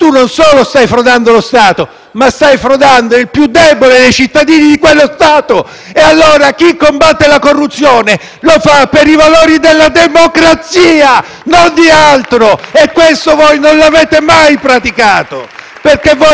si sta frodando il più debole dei cittadini di quello Stato. Pertanto, chi combatte la corruzione lo fa per i valori della democrazia e non di altro e questo voi non lo avete mai praticato *(Applausi dal Gruppo